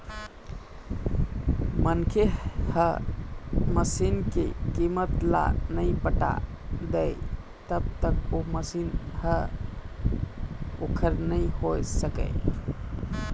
मनखे ह मसीन के कीमत ल नइ पटा दय तब तक ओ मशीन ह ओखर नइ होय सकय